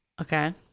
Okay